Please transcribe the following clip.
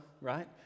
right